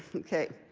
okay.